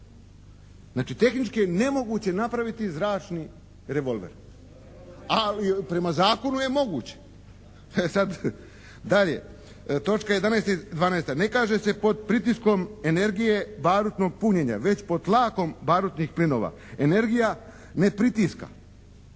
Znači tehnički je nemoguće napraviti zračni revolver. Ali prema zakonu je moguće. E sad dalje, točka 11. i 12. Ne kaže se: «Pod pritiskom energije barutnog punjenja» već pod tlakom barutnih plinova. Energija ne pritiska.